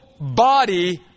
body